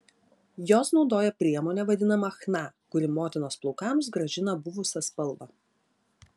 jos naudoja priemonę vadinamą chna kuri motinos plaukams grąžina buvusią spalvą